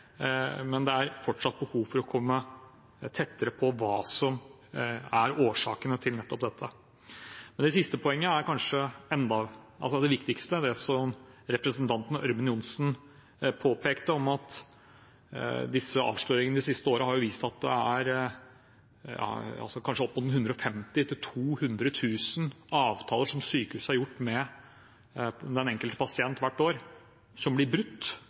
men det er fortsatt behov for å komme tettere på hva som er årsakene til nettopp dette. Det siste poenget er kanskje det viktigste, det som representanten Ørmen Johnsen påpekte, om at avsløringene det siste året har vist at det hvert år er kanskje opp mot 150 000–200 000 avtaler som sykehus har gjort med den enkelte pasient, som blir brutt